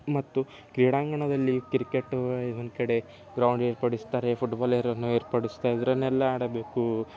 ಮತ್ತು ಕ್ರೀಡಾಂಗಣದಲ್ಲಿ ಕ್ರಿಕೆಟ್ ಇನ್ನೊಂದು ಕಡೆ ಗ್ರೌಂಡ್ ಏರ್ಪಡಿಸ್ತಾರೆ ಫುಟ್ಬಾಲೇರನ್ನು ಏರ್ಪಡಿಸ್ತಾರೆ ಇದರನ್ನೆಲ್ಲ ಆಡಬೇಕು